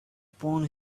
upon